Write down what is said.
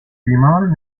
بیمار